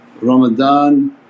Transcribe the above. Ramadan